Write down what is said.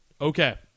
Okay